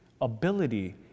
ability